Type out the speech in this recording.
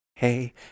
Hey